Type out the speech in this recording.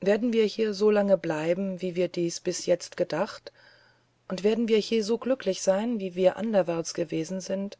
werden wir hier so lange bleiben wie wir dies bis jetzt gedacht und werden wir hier so glücklich sein wie wir anderwärts gewesen sind